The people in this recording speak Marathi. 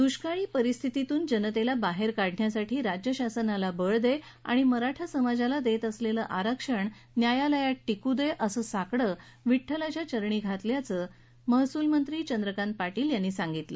दुष्काळी परिस्थितीतून जनतेला बाहेर काढण्यासाठी राज्य शासनाला बळ दे आणि मराठा समाजाला देत असलेलं आरक्षण न्यायालयात टिकू दे असं साकडं विठ्ठलाच्या चरणी घातल्याचं महसूल मंत्री चंद्रकांत पाटील यांनी सांगितलं